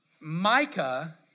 Micah